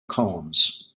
columns